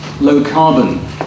low-carbon